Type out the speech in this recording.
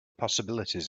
possibilities